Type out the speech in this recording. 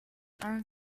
han